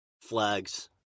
flags